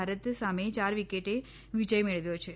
ભારત સામે ચાર વિકેટે વિ ય મેળવ્યો છે